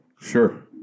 Sure